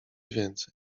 więcej